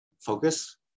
focus